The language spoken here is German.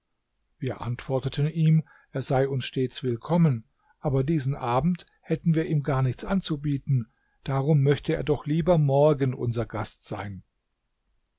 wir antworteten ihm er sei uns stets willkommen aber diesen abend hätten wir ihm gar nichts anzubieten darum möchte er doch lieber morgen unser gast sein